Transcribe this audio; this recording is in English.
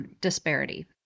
disparity